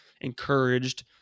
encouraged